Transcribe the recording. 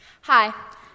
Hi